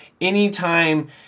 Anytime